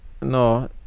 no